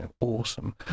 awesome